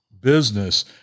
business